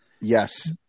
Yes